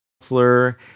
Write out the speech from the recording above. counselor